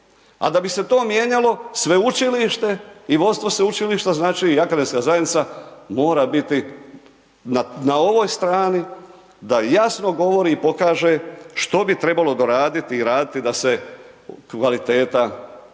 A da bi se to mijenjalo, sveučilište i vodstvo sveučilišta znači i akademska zajednica mora biti na ovoj strani da jasno govori i pokaže što bi trebalo doraditi i raditi da se kvaliteta poveća.